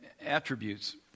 attributes